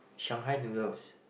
Shanghai noodles